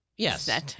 Yes